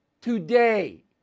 today